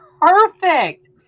perfect